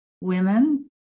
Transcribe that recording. women